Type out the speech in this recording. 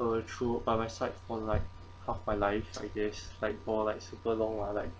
uh through by my side for like half my life I guess like for like super long lah like